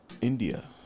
India